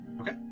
Okay